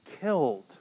killed